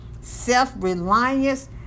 self-reliance